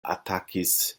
atakis